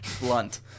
Blunt